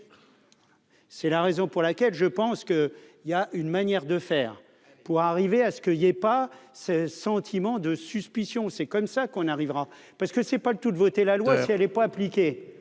c'est la raison pour laquelle je pense que il y a une manière de faire pour arriver à ce qu'il y ait pas ce sentiment de suspicion, c'est comme ça qu'on arrivera parce que c'est pas le tout de voter la loi, si elle est pas appliquée,